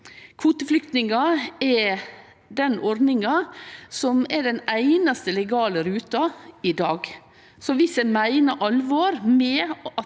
kvoteflyktningar er den einaste legale ruta i dag. Om ein meiner alvor med at